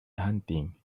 hunting